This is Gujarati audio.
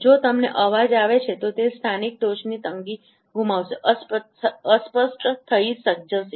જો તમને અવાજ આવે છે તો તે સ્થાનિક ટોચની તંગી ગુમાવશે અસ્પષ્ટ થઈ જશે